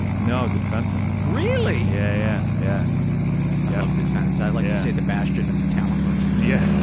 no, i was a defenseman. really? yeah yeah i love defense. i like to say the bastion of the talentless. yeah,